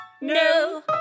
No